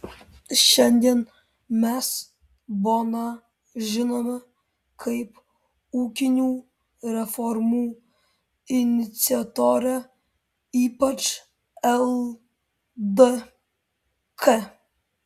šiandien mes boną žinome kaip ūkinių reformų iniciatorę ypač ldk